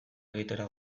egitera